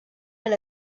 and